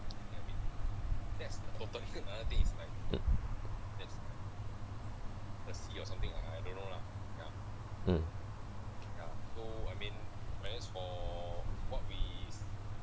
mm